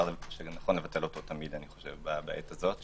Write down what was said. שנכון לבטל אותו בעת הזו,